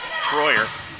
Troyer